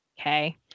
okay